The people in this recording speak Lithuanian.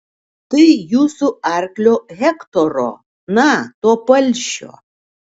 tai jūsų arklio hektoro na to palšio